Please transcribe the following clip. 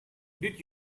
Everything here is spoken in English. did